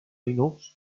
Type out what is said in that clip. linux